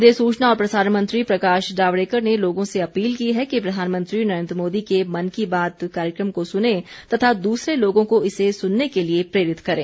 केन्द्रीय सूचना और प्रसारण मंत्री प्रकाश जावडेकर ने लोगों से अपील की है कि प्रधानमंत्री नरेंद्र मोदी के मन की बात कार्यक्रम को सुनें तथा दूसरे लोगों को इसे सुनने के लिए प्रेरित करें